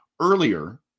earlier